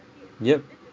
yup